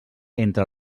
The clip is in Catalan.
entre